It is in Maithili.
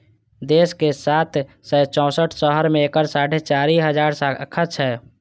देशक सात सय चौंसठ शहर मे एकर साढ़े चारि हजार शाखा छै